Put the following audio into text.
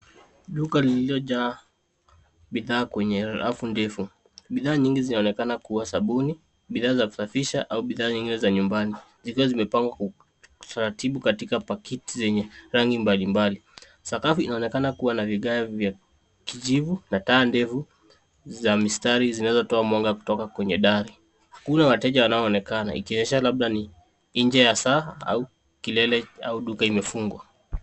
Duka lililojaa bidhaa kwenye raf ndefu. Bidhaa zinaonekana kuwa za sabuni, bidhaa za kuafisha au bidhaa zingine za nyumbani zikiwa zimepangwa kwa utaratibu katika pakiti zenye rangi mbalimbali. Sakafu inaonekana kuwa na vigae kwa kijivu na taa ndefu za mistari zinazotoa mwanga ndefu kutoka kwenye dari. Kuna wateja ambao wanaonekana ikionyesha labda ni nje ya saa au kilele au duka imefungwa